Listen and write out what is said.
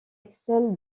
excelle